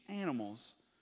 animals